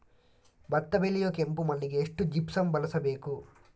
ಭತ್ತ ಬೆಳೆಯುವ ಕೆಂಪು ಮಣ್ಣಿಗೆ ಎಷ್ಟು ಜಿಪ್ಸಮ್ ಬಳಸಬೇಕು?